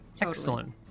excellent